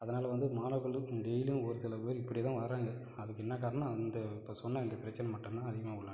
அதனாலே வந்து மாணவர்களும் டெயிலியும் ஒரு சில பேர் இப்படியே தான் வர்றாங்க அதுக்கு என்ன காரணம்னால் அந்த இப்போ சொன்ன இந்த பிரச்சினை மட்டும்தான் அதிகமாக உள்ளன